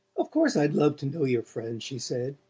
of course i'd love to know your friends, she said,